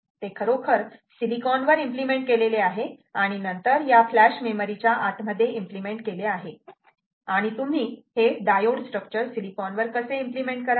ते खरोखर सिलिकॉन वर इम्प्लिमेंट केलेले आहे आणि नंतर या फ्लॅश मेमरीच्या आत मध्ये इम्प्लिमेंट केले आहे आणि तुम्ही हे डायोड स्ट्रक्चर सिलिकॉन वर कसे इम्प्लिमेंट कराल